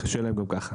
קשה להם גם ככה.